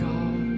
God